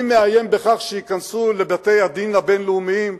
מי מאיים בכך שייכנסו לבתי-הדין הבין-לאומיים.